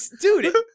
Dude